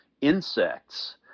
insects